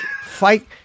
fight